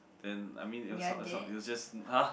then I mean it was not it was not it was just !huh!